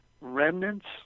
remnants